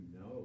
no